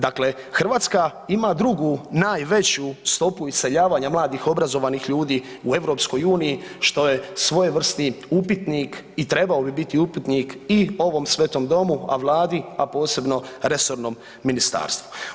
Dakle, Hrvatska ima drugu najveći stopu iseljavanja mladih obrazovanih ljudi u EU, što je svojevrsni upitnik i trebao bi biti upitnik i ovom svetom Domu, a Vladi, a posebno resornom ministarstvu.